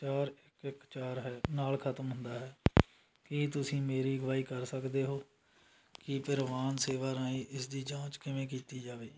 ਚਾਰ ਇੱਕ ਚਾਰ ਹੈ ਨਾਲ ਖਤਮ ਹੁੰਦਾ ਹੈ ਕੀ ਤੁਸੀਂ ਮੇਰੀ ਅਗਵਾਈ ਕਰ ਸਕਦੇ ਹੋ ਕਿ ਪਰਿਵਾਹਨ ਸੇਵਾ ਰਾਹੀਂ ਇਸ ਦੀ ਜਾਂਚ ਕਿਵੇਂ ਕੀਤੀ ਜਾਵੇ